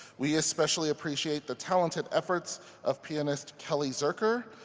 we especially appreciate the talented efforts of pianist kelly zuercher,